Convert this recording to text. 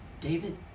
David